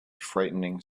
frightening